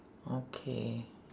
okay